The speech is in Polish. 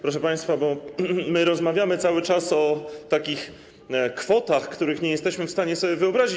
Proszę państwa, my rozmawiamy cały czas o takich kwotach, których nie jesteśmy w stanie sobie wyobrazić.